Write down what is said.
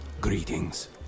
greetings